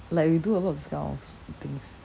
like we do a lot of this kind of stupid things